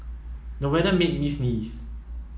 the weather made me sneeze